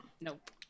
nope